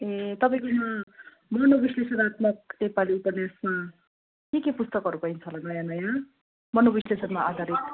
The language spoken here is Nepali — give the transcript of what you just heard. ए तपाईँकोमा मनोविश्लेषणात्मक नेपाली उपन्यासमा के के पुस्तकहरू पाइन्छ होला नयाँ नयाँ मनोविश्लेषणमा आधारित